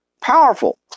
Powerful